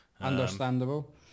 Understandable